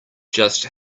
just